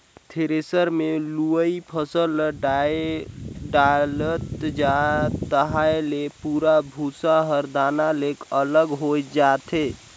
thresher मे लुवय फसल ल डालत जा तहाँ ले पैराःभूसा हर दाना ले अलग हो जाथे